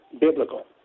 biblical